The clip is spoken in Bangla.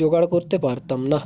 জোগাড় করতে পারতাম না